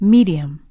Medium